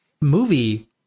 movie